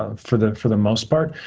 ah for the for the most part.